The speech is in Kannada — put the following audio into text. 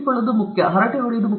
ಆದ್ದರಿಂದ ಈ ಆಫ್ ಸ್ವಿಚ್ ಬಹಳ ಮುಖ್ಯ